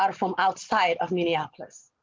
but from outside of minneapolis.